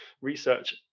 research